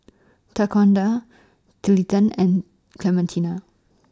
and Clementina